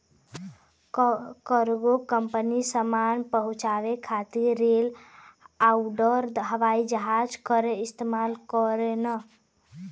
cargo company सामान पहुंचाये खातिर रेल आउर हवाई जहाज क इस्तेमाल करलन